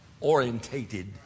orientated